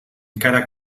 encara